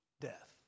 death